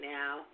now